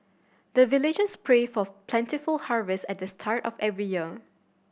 the villagers pray for plentiful harvest at the start of every year